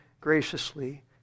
graciously